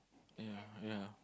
ya ya